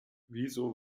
wieso